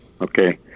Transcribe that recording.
Okay